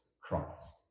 Christ